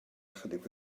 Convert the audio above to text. ychydig